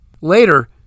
Later